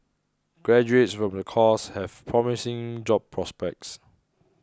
graduates from the course have promising job prospects